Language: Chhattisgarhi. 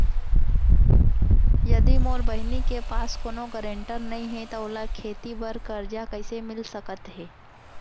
यदि मोर बहिनी के पास कोनो गरेंटेटर नई हे त ओला खेती बर कर्जा कईसे मिल सकत हे?